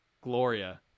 Gloria